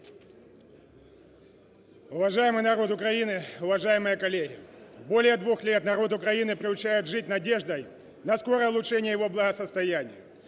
Уважаемый народ Украины, уважаемые коллеги! Более двух лет народ Украины приучает жить надеждой на скорое улучшение его благосостояния.